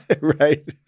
Right